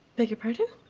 beg your pardon?